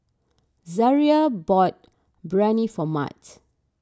Zariah bought Biryani for Mat